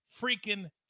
freaking